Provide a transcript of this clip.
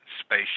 space